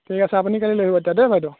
ঠিক আছে আপুনি কালি আহিব তেতিয়া দেই বাইদেউ